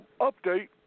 update